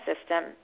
system